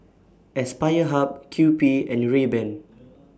Aspire Hub Kewpie and Rayban